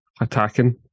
attacking